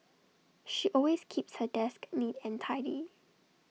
she always keeps her desk neat and tidy